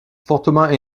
fortement